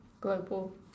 global